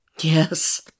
Yes